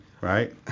right